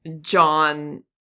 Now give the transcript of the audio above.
John